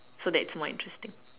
so that's more interesting